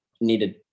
needed